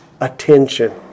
attention